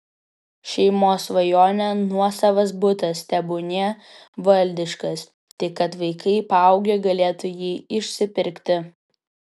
šeimos svajonė nuosavas butas tebūnie valdiškas tik kad vaikai paaugę galėtų jį išsipirkti